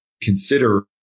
consider